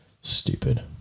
Stupid